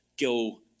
go